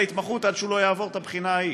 להתמחות עד שהוא לא יעבור את הבחינה ההיא.